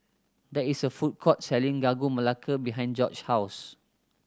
there is a food court selling Sagu Melaka behind Jorge's house